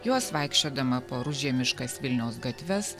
juos vaikščiodama po rudžiemiškas vilniaus gatves